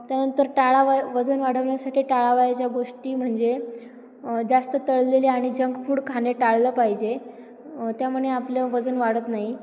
त्यानंतर टाळाव वजन वाढवण्यासाठी टाळावयाच्या गोष्टी म्हणजे जास्त तळलेली आणि जंक फूड खाणे टाळलं पाहिजे त्यामुळे आपलं वजन वाढत नाही